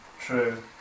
True